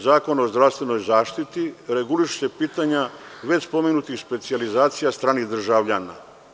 Zakon o zdravstvenoj zaštiti, regulišu se pitanja već spomenutih specijalizacija stranih državljana.